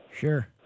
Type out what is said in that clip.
Sure